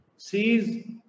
sees